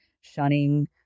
shunning